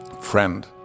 friend